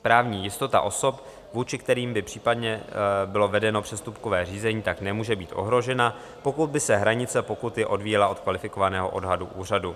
Právní jistota osob, vůči kterým by případně bylo vedeno přestupkové řízení, tak nemůže být ohrožena, pokud by se hranice pokuty odvíjela od kvalifikovaného odhadu úřadu.